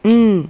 mm